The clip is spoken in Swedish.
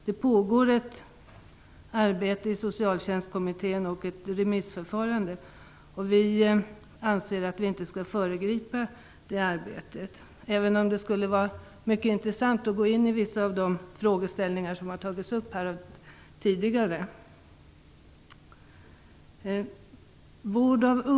Det pågår ett arbete i Socialtjänstkommittén och även ett remissförfarande, och vi anser att vi inte skall föregripa detta, även om det skulle vara mycket intressant att gå in på vissa av de frågeställningar som tagits upp här tidigare.